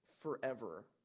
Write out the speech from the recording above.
forever